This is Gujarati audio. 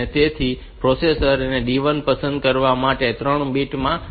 તેથી પ્રોસેસરે આ D1 પસંદ કરવા માટે આ 3 બિટ્સ માં 0 મૂકવો જોઈએ